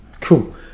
cool